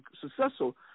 successful